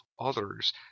others